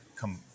come